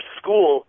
school